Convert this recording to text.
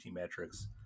metrics